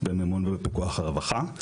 במימון ובפיקוח הרווחה.